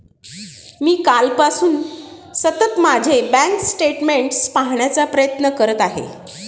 मी कालपासून सतत माझे बँक स्टेटमेंट्स पाहण्याचा प्रयत्न करत आहे